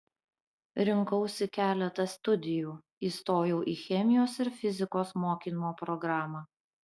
rinkausi keletą studijų įstojau į chemijos ir fizikos mokymo programą